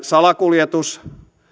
salakuljetus